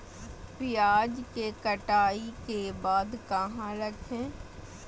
प्याज के कटाई के बाद कहा रखें?